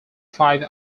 five